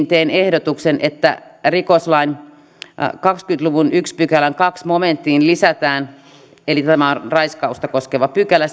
teen ehdotuksen että rikoslain kahdenkymmenen luvun ensimmäisen pykälän toiseen momenttiin lisätään eli tämä on raiskausta koskeva pykälä